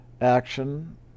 action